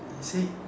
it say